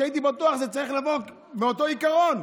כי הייתי בטוח שזה צריך לבוא מאותו עיקרון.